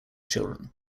children